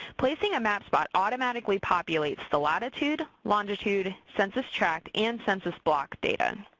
placing a mapspot automatically populates the latitude, longitude, census tract and census block data.